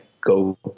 go